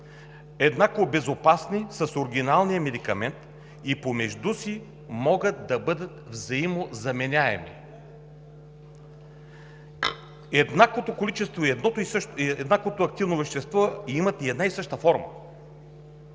еднакво безопасни с оригиналния медикамент и помежду си могат да бъдат взаимозаменяеми. Еднаквото количество и еднаквото активно вещество имат една и съща форма.